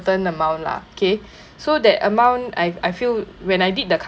certain amount lah K so that amount I I feel when I did the